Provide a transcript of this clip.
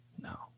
No